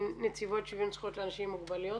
נציבות שוויון זכויות לאנשים עם מוגבלויות.